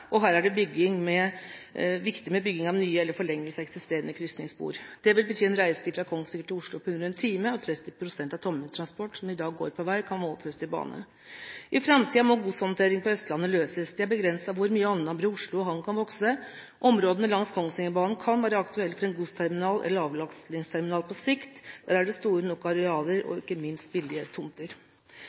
årene. Her er det viktig med bygging av nye – eller forlengelse av eksisterende – krysningsspor. Det vil bety en reisetid fra Kongsvinger til Oslo på under 1 time. 30 pst. av den tømmertransporten som i dag går på vei, kan nå overføres til bane. I framtiden må godshåndteringen på Østlandet løses. Det er begrenset hvor mye Alnabru og Oslo Havn kan vokse. Områdene langs Kongsvingerbanen kan være aktuelle for en godsterminal eller avlastningsterminal på sikt. Der er det store nok arealer og, ikke minst, billige tomter.